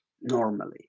normally